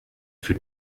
für